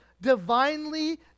divinely